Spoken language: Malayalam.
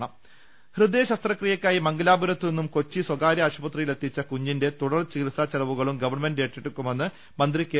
പ ഹൃദയ ശസ്ത്രക്രിയക്കായി മംഗലാപൂരത്തും നിന്നും കൊച്ചി സ്വകാര്യ ആശുപത്രിയിലെത്തിലെത്തിച്ച കുഞ്ഞിന്റെ തുടർ ചികിത്സാ ചെലവുകളും ഗവണ്മെന്റ് ഏറ്റെടുക്കുമെന്ന് മന്ത്രി കെ